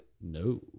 No